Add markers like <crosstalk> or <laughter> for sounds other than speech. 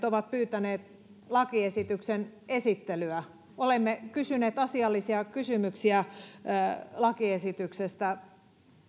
<unintelligible> ovat pyytäneet lakiesityksen esittelyä olemme kysyneet asiallisia kysymyksiä lakiesityksestä